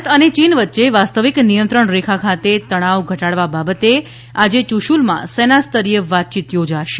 ભારત અને ચીન વચ્ચે વાસ્તવિક નિયંત્રણ રેખા ખાતે તણાવ ઘટાડવા બાબતે આજે યુશુલમાં સેના સ્તરીય વાતચીત યોજાશે